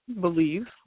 believe